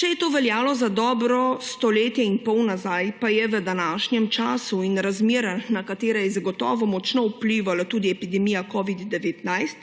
Če je to veljalo za dobro stoletje in pol nazaj, pa je v današnjem času in razmerah, na katere je zagotovo močno vplivala tudi epidemija covida-19,